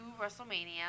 WrestleMania